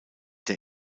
der